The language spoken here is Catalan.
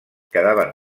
quedaven